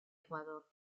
ecuador